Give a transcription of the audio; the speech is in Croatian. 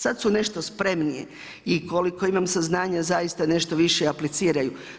Sad su nešto spremni i koliko imam saznanja zaista nešto više apliciraju.